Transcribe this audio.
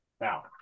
now